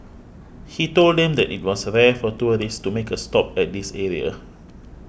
he told them that it was rare for tourists to make a stop at this area